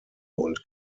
und